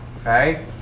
Okay